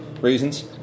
Reasons